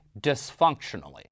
dysfunctionally